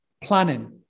planning